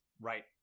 right